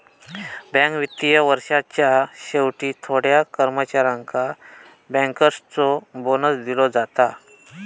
bank वित्तीय वर्षाच्या शेवटी थोड्या कर्मचाऱ्यांका बँकर्सचो बोनस दिलो जाता